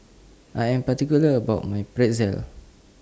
I Am particular about My Pretzel